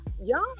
Y'all